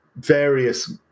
various